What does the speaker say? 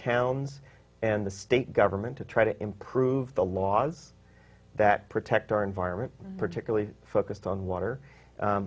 towns and the state government to try to improve the laws that protect our environment particularly focused on water